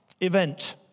event